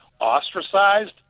ostracized